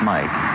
Mike